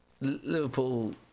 Liverpool